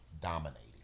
dominating